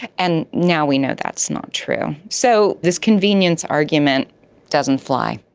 and now we know that's not true. so this convenience argument doesn't fly.